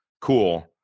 cool